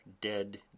dead